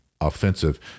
offensive